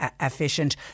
efficient